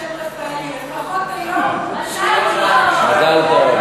מזל טוב.